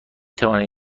توانید